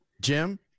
Jim